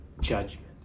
judgment